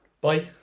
Bye